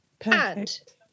Perfect